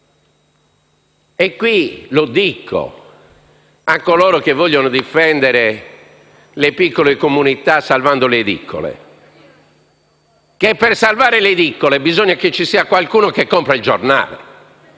tutto. Lo dico a coloro che vogliono difendere le piccole comunità salvando le edicole: per salvare le edicole bisogna che ci sia qualcuno che compri il giornale,